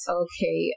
okay